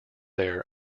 there